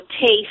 taste